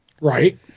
Right